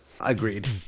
agreed